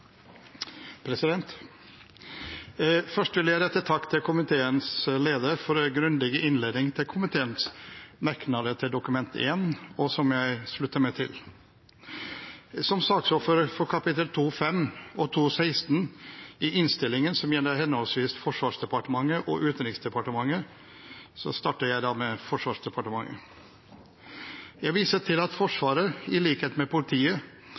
Først vil jeg rette en takk til komiteens leder for en grundig innledning om komiteens merknader til Dokument 1, og som jeg slutter meg til. Som ordfører for kapitlene 2.5 og 2.16 i innstillingen, som gjelder henholdsvis Forsvarsdepartementet og Utenriksdepartementet, starter jeg med Forsvarsdepartementet. Jeg viser til at Forsvaret, i likhet med politiet,